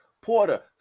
Porter